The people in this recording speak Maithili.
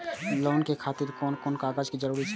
लोन के खातिर कोन कोन कागज के जरूरी छै?